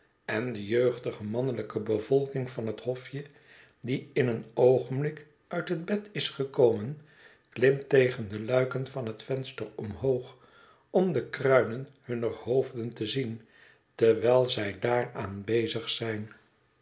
en de jeugdige mannelijke bevolking van het hofje die in een oogenblik uit het bed is gekomen klimt tegen de luiken van het venster omhoog om de kruinen hunner hoofden te zien terwijl zij daaraan bezig zijn